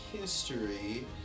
history